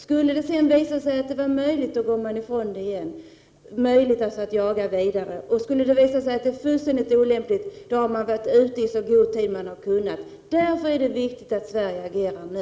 Skulle det sedan visa sig att det är möjligt att fortsätta med jakten kan man gå ifrån stoppet. Men skulle det visa sig vara fullständigt olämpligt, då har man varit ute i så god tid som man kunnat. Därför är det viktigt att Sverige agerar nu.